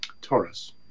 Taurus